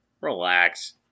Relax